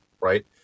right